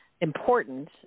important